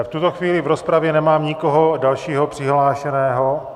V tuto chvíli v rozpravě nemám nikoho dalšího přihlášeného.